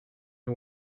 who